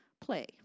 play